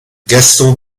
gaston